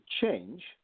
change